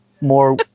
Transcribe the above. more